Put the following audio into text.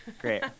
Great